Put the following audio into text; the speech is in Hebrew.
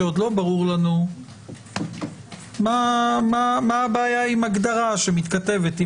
שעוד לא ברור לנו מה הבעיה עם הגדרה שמתכתבת עם